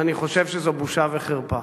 ואני חושב שזו בושה וחרפה.